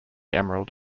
emerald